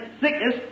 sickness